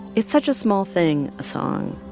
it's such a small thing, a song.